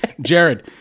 Jared